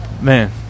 Man